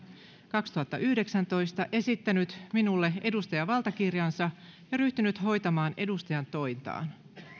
kaksituhattayhdeksäntoista esittänyt puhemiehelle edustajavaltakirjansa ja ryhtynyt hoitamaan edustajantointaan